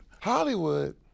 Hollywood